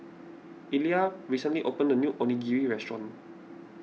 Elia recently opened a new Onigiri restaurant